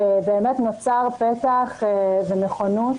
נוצר פתח ונכונות